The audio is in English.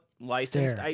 Licensed